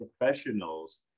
professionals